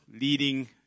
leading